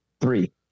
three